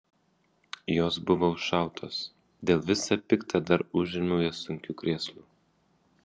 jos buvo užšautos dėl visa pikta dar užrėmiau jas sunkiu krėslu